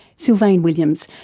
sylvain williams,